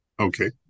Okay